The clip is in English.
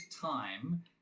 time